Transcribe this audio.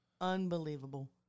unbelievable